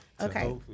Okay